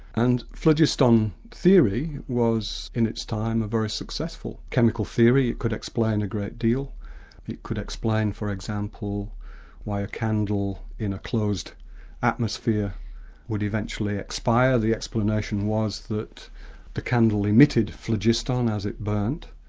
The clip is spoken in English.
and phlogiston theory was in its time, a very successful chemical theory. it could explain a great deal it could explain for example why a candle in a closed atmosphere would eventually expire, the explanation was that the candle emitted phlogiston as it burnt,